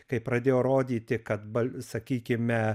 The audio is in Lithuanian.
kai pradėjo rodyti kad bal sakykime